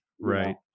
Right